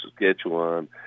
Saskatchewan